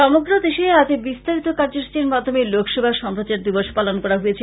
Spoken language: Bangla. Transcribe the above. সমগ্র দেশ আজ বিস্তারিত কার্যসূচীর মাধ্যমে লোকসেবা সম্প্রচার দিবস পালন করা হয়েছে